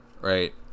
Right